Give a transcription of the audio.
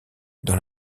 dans